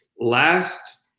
last